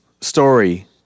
story